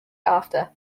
after